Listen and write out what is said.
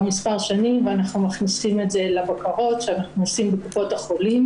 מספר שנים ואנחנו מכניסים את זה לבקרות שאנחנו עושים בקופות החולים